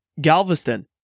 Galveston